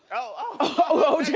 oh,